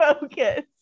focus